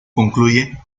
concluye